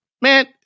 Man